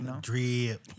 drip